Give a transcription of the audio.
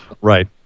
Right